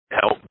help